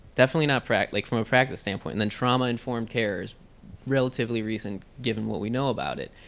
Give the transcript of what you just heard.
definitely not practice like from a practice standpoint. and then trauma-informed cares relatively recent given what we know about it.